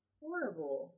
horrible